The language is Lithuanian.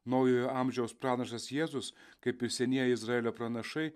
naujojo amžiaus pranašas jėzus kaip ir senieji izraelio pranašai